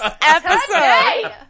episode